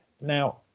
Now